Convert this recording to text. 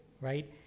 right